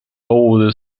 over